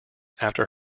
after